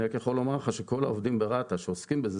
אני רק יכול לומר לך שכל העובדים ברת"א שעוסקים בזה,